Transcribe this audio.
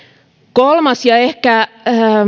kolmas ja